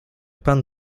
pan